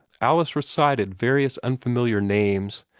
alice recited various unfamiliar names,